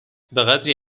بهقدری